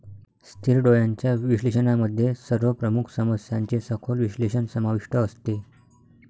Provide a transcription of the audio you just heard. स्थिर डोळ्यांच्या विश्लेषणामध्ये सर्व प्रमुख समस्यांचे सखोल विश्लेषण समाविष्ट असते